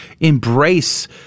embrace